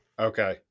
Okay